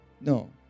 No